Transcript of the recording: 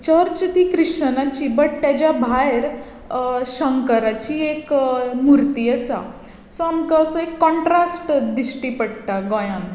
church ती क्रिश्शनाची but ताज्या भायर शंकराची एक मुर्ती आसा सो आमकां असो एक कॉण्ट्रास्ट दिश्टी पडटा गोंयांत